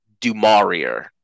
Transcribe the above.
Dumarier